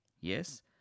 yes